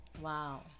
Wow